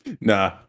Nah